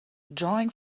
drawing